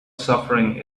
suffering